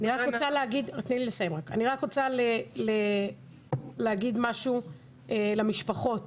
אני רק רוצה להגיד משהו למשפחות